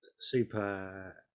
super